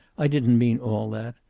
i didn't mean all that.